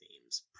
themes